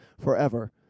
forever